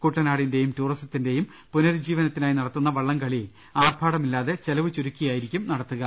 കുട്ടനാടിന്റെയും ടൂറി സത്തിന്റെയും പുനരുജ്ജീവനത്തിനായി നടത്തുന്ന വളളംകളി ആർഭാടമില്ലാതെ ചെലവ് ചുരുക്കിയായിരിക്കും നടത്തുക